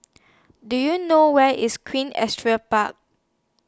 Do YOU know Where IS Queen Astrid Park